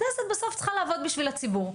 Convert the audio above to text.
הכנסת בסוף צריכה לעבוד בשביל הציבור.